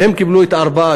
והם קיבלו את ה-4.